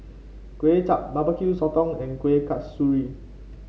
Kuay Chap Barbecue Sotong and Kuih Kasturi